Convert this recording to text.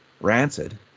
rancid